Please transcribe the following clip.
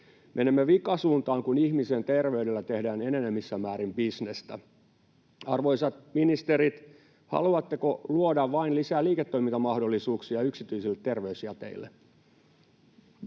Menemme vikasuuntaan, kun ihmisen terveydellä tehdään enenevissä määrin bisnestä. Arvoisat ministerit, haluatteko luoda vain lisää liiketoimintamahdollisuuksia yksityisille terveysjäteille?